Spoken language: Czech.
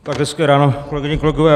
Tak hezké ráno, kolegyně, kolegové.